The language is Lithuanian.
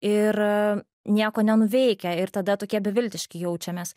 ir nieko nenuveikę ir tada tokie beviltiški jaučiamės